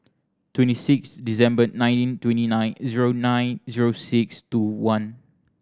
twenty six December nineteen twenty nine zero nine zero six two one